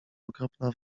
okropna